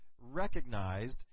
recognized